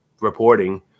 reporting